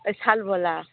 ওই শাল ভোলা